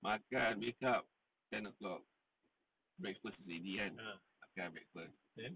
makan wake up ten o'clock breakfast is ready kan makan breakfast